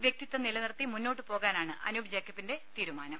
വ്യക്തിത്വം നിലനിർത്തി മുന്നോട്ട് പോകാനാണ് അനൂപ് ജേക്ക ബിന്റെ തീരുമാനം